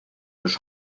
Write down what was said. los